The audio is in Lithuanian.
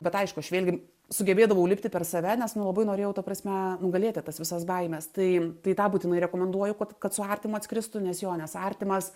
bet aišku aš vėlgi sugebėdavau lipti per save nes nu labai norėjau ta prasme nugalėti tas visas baimes tai tai tą būtinai rekomenduoju kad kad su artimu atskristų nes jo nes artimas